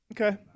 Okay